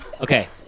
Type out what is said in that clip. Okay